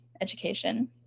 education